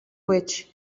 which